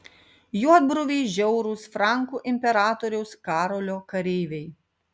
juodbruviai žiaurūs frankų imperatoriaus karolio kareiviai